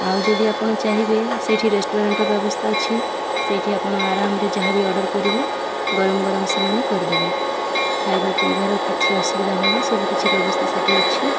ଆଉ ଯଦି ଆପଣ ଚାହିଁବେ ସେଇଠି ରେଷ୍ଟୁରାଣ୍ଟ୍ର ବ୍ୟବସ୍ଥା ଅଛି ସେଇଠି ଆପଣ ଆରାମରେ ଯାହାବି ଅର୍ଡ଼ର୍ କରିବେ ଗରମ ଗରମ ସେମାନେ କରିଦେବେ ଖାଇବା ପିଇବାର କିଛି ଅସୁବିଧା ନାହିଁ ସବୁ କିଛି ବ୍ୟବସ୍ଥା ସେଇଠି ଅଛି